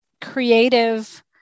creative